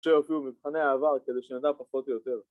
‫שיהיו כאילו מבחיני העבר ‫כדי שנדע פחות או יותר.